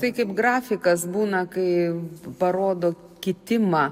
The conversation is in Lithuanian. tai kaip grafikas būna kai parodo kitimą